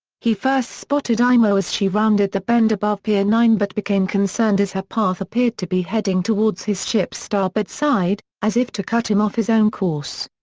he first spotted imo as she rounded the bend above pier nine but became concerned as her path appeared to be heading towards his ship's starboard side, as if to cut him off his own course.